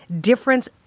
difference